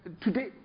today